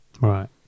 Right